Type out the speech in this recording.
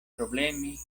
problemi